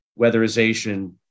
weatherization